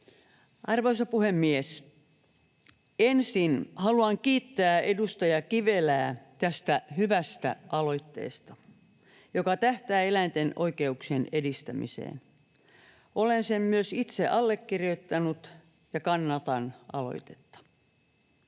Arvoisa puhemies! Ensin haluan kiittää edustaja Kivelää tästä hyvästä aloitteesta, joka tähtää eläinten oikeuksien edistämiseen. Olen sen myös itse allekirjoittanut ja kannatan aloitetta.